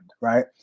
right